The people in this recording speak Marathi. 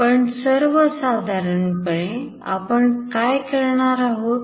पण सर्वसाधारणपणे आपण काय करणार आहोत